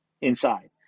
inside